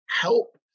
help